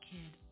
kid